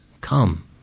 come